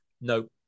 No